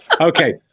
Okay